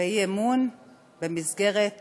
באי-אמון במסגרת